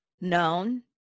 known